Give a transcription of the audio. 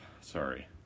Sorry